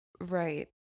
right